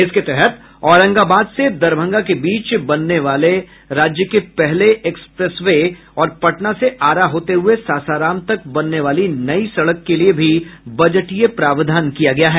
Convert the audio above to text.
इसके तहत औरंगाबाद से दरभंगा के बीच बनने वाले राज्य के पहले एक्सप्रेसवे और पटना से आरा होते हुए सासाराम तक बनने वाली नई सड़क के लिए भी बजटीय प्रावधान किया गया है